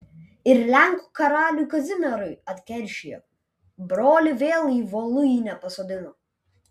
ir lenkų karaliui kazimierui atkeršijo brolį vėl į voluinę pasodino